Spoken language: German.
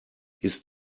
ist